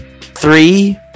three